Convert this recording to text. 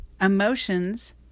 emotions